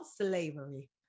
Slavery